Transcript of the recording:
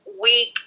week